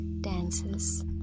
dances